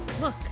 Look